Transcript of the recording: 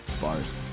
bars